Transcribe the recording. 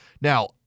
Now